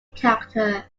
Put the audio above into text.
character